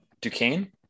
Duquesne